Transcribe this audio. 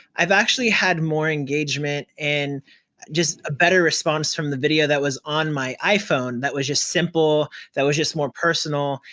i've actually had more engagement and just a better response from the video that was on my iphone, that was just simple, that was just more personal.